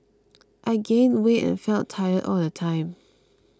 I gained weight and felt tired all the time